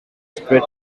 spread